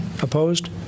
Opposed